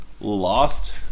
Lost